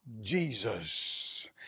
jesus